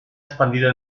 expandido